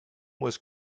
was